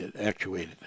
actuated